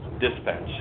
dispatch